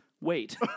Wait